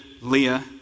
Leah